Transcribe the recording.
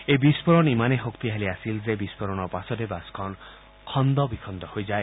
এই বিস্ফোৰণ ইমানেই শক্তিশালী আছিল যে বিস্ফোৰণৰ পাছতে বাছখন খণ্ড বিখণ্ড হৈ যায়